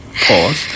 Pause